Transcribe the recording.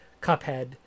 Cuphead